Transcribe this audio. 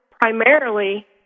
primarily